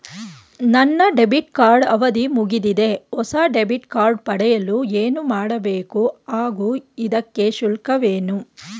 ನನ್ನ debit card ಅವಧಿ ಮುಗಿದಿದೆ ಹೊಸ ಡೆಬಿಟ್ ಕಾರ್ಡ್ ಪಡೆಯಲು ಏನು ಮಾಡಬೇಕು ಹಾಗೂ ಇದಕ್ಕೆ ಶುಲ್ಕವೇನು?